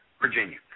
Virginia